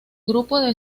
grupo